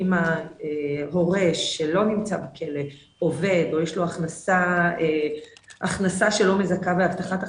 אם ההורה שלא נמצא בכלא עובד או יש לו הכנסה שלא מזכה בהבטחת הכנסה,